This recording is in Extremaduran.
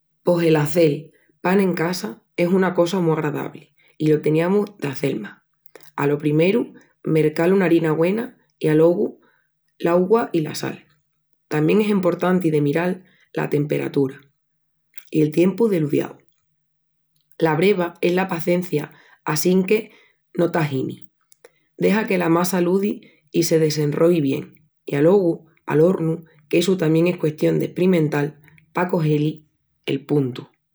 Pos el hazel pan en casa es una cosa mu agradabli i lo teniamus de hazel más. Alo primeru mercal una harina güena i alogu l'augua i la sal. Tamién es emportanti de miral la temperatura i el tiempu de ludiau. La breva es la pacencia assinque no t'aginis! Dexa que la massa ludi i se desenroi bien. I alogu al hornu qu'essu tamién es custión d'esprimental pa cogé-li el puntu!